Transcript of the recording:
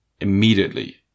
immediately